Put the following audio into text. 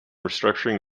restructuring